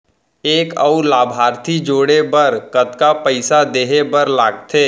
एक अऊ लाभार्थी जोड़े बर कतका पइसा देहे बर लागथे?